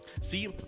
See